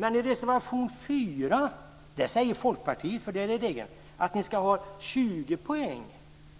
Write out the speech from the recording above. Men i reservation 4, Folkpartiets egen reservation, säger ni att det ska vara 20 poäng